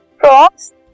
Frogs